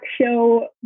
show